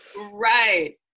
Right